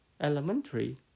elementary